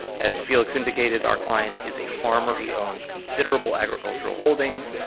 as felix indicated our client is a farmer, he owns considerable agricultural holdings.